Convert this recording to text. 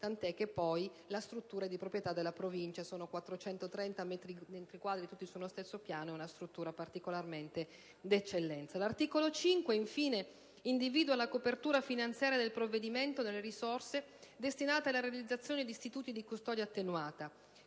tanto che poi la struttura è di proprietà della Provincia: sono 430 metri quadri sullo stesso piano, è una struttura di assoluta eccellenza. L'articolo 5, infine, individua la copertura finanziaria del provvedimento nelle risorse destinate alla realizzazione di istituti di custodia attenuata.